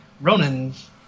Ronan's